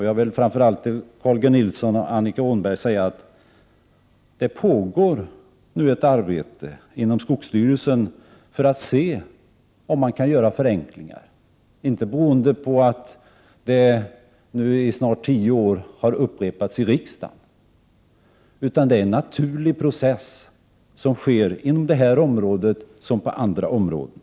Jag vill framför allt till Carl G Nilsson och Annika Åhnberg säga att det nu pågår ett arbete inom skogsstyrelsen för att man skall se om det kan göras förenklingar, inte beroende på att detta nu i snart tio år har upprepats i riksdagen, utan därför att det är en naturlig process som sker inom detta område liksom på andra områden.